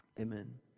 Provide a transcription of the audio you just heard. Amen